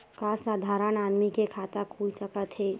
का साधारण आदमी के खाता खुल सकत हे?